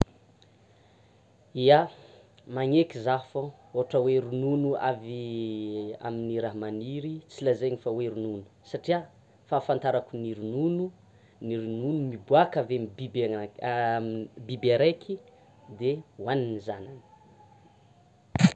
Ia! Magneky za fô ohatra hoe ronono avy amin'ny raha maniry tsy lazainy fa hoe ronono satria fahafantarako ny ronono, ny ronono miboaka avy amin'ny biby araiky dia hoanin'ny zanany.